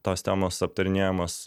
tos temos aptarinėjamos